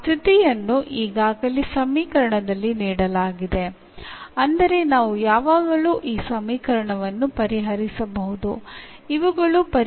അതിനർത്ഥം നമുക്ക് എല്ലായ്പ്പോഴും ഈ സമവാക്യങ്ങൾ പരിഹരിക്കാൻ കഴിയും എന്നാണ്